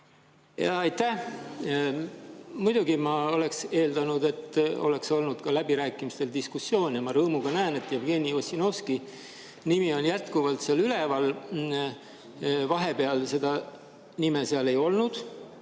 Aitäh! Muidugi ma oleks eeldanud, et oleks olnud ka läbirääkimistel diskussioon. Ma rõõmuga näen, et Jevgeni Ossinovski nimi on jätkuvalt üleval. Vahepeal seda nime seal ei olnud.